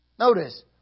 Notice